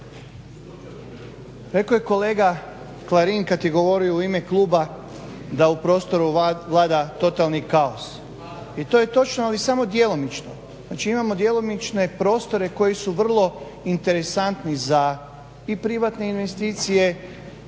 Rekao je kolega Klarin kad je govorio u ime kluba da u prostoru vlada totalni kaos i to je točno ali samo djelomično. Znači imamo djelomične prostore koji su vrlo interesantni za i privatne investicije